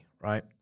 right